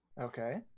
okay